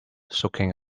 soaking